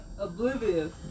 Oblivious